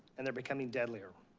and they're becoming deadlier.